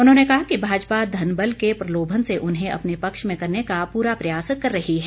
उन्होंने कहा कि भाजपा धनबल के प्रलोभन से उन्हें अपने पक्ष मे ंकरने का पूरा प्रयास कर रही है